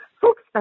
folks